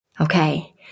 Okay